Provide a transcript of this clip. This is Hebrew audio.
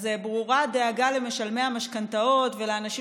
אז ברורה הדאגה למשלמי המשכנתאות ולאנשים